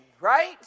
right